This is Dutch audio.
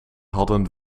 hadden